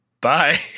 bye